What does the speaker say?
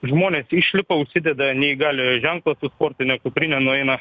žmonės išlipa užsideda neįgaliojo ženklą sportinę kuprinę nueina